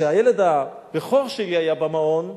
כשהילד הבכור שלי היה במעון,